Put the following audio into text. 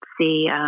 see